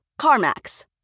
CarMax